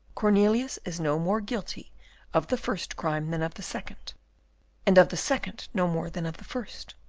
cornelius is no more guilty of the first crime than of the second and of the second no more than of the first.